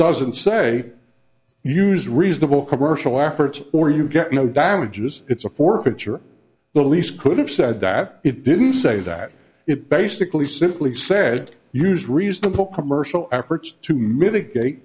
doesn't say use reasonable commercial efforts or you get no damages it's a forfeiture the lease could have said that it didn't say that it basically simply says use reasonable commercial efforts to mitigate